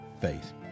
faith